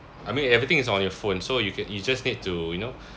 I mean everything is on your phone so you can you just need to you know